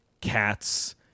cats